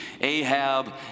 Ahab